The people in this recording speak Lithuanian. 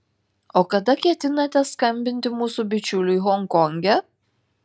o kada ketinate skambinti mūsų bičiuliui honkonge